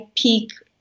peak